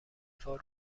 رفاه